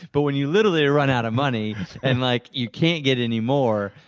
but when you literally run out of money and like you can't get any more,